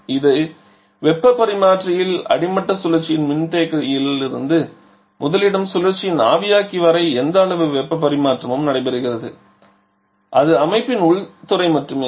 எனவே இந்த வெப்பப் பரிமாற்றியில் அடிமட்ட சுழற்சியின் மின்தேக்கியிலிருந்து முதலிடம் சுழற்சியின் ஆவியாக்கி வரை எந்த அளவு வெப்பப் பரிமாற்றமும் நடைபெறுகிறது அது அமைப்பின் உள்துறை மட்டுமே